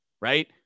Right